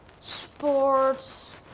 sports